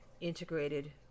integrated